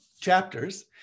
chapters